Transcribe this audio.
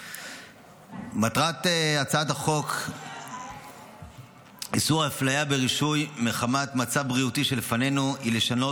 מטרת הצעת חוק איסור הפליה ברישוי מחמת מצב בריאותי שלפנינו היא לשנות